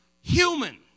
human